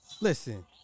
Listen